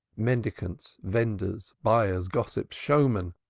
mendicants, vendors, buyers, gossips, showmen,